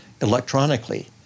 electronically